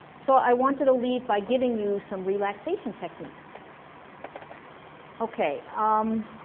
so i wanted to leave by giving you some relaxation techniques okay, um